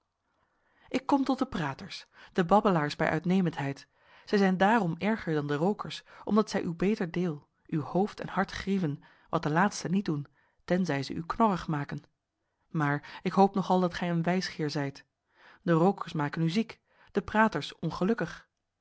ik kom tot de praters de babbelaars bij uitnemendheid zij zijn daarom erger dan de rookers omdat zij uw beter deel uw hoofd en hart grieven wat de laatste niet doen tenzij ze u knorrig maken maar ik hoop nogal dat gij een wijsgeer zijt de rookers maken u ziek de praters ongelukkig